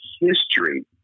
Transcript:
history